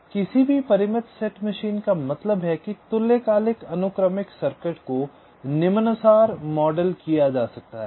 तो किसी भी परिमित सेट मशीन का मतलब है कि तुल्यकालिक अनुक्रमिक सर्किट को निम्नानुसार मॉडल किया जा सकता है